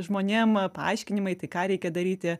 žmonėm paaiškinimai tai ką reikia daryti